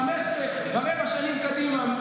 חמש ורבע שנים קדימה,